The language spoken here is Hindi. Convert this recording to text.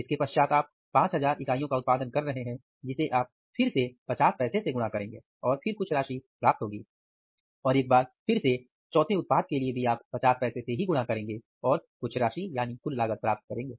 इसके पश्चात आप 5000 इकाइयों का उत्पादन कर रहे हैं जिसे आप फिर से 50 पैसे से गुणा करेंगे और फिर कुछ राशि प्राप्त होगी और एक बार फिर से चौथे उत्पाद के लिए भी आप 50 पैसे से गुणा करेंगे और कुछ राशि यानी कुल लागत प्राप्त करेंगे